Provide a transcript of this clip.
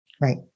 Right